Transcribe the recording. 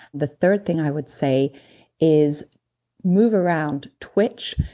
the third thing i would say is move around, twitch,